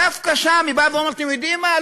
דווקא שם היא באה ואומרת: אתם יודעים מה?